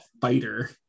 fighter